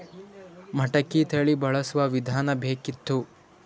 ಮಟಕಿ ತಳಿ ಬಳಸುವ ವಿಧಾನ ಬೇಕಿತ್ತು?